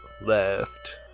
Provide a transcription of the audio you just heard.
Left